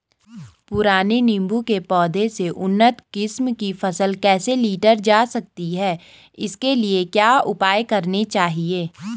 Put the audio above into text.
पुराने नीबूं के पौधें से उन्नत किस्म की फसल कैसे लीटर जा सकती है इसके लिए क्या उपाय करने चाहिए?